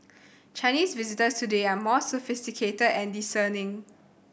Chinese visitors today are more sophisticated and discerning